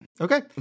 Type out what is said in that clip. Okay